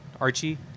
Archie